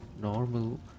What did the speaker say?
Normal